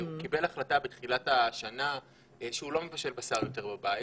והוא קיבל החלטה בתחילת השנה שהוא לא מבשל בשר יותר בבית,